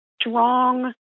strong